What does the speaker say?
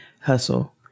hustle